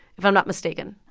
if i'm not mistaken.